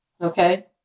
okay